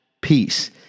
peace